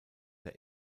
der